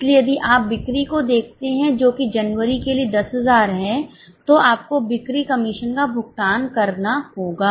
इसलिए यदि आप बिक्री को देखते हैं जो कि जनवरी के लिए 10000 है तो आपको बिक्री कमीशन का भुगतान करना होगा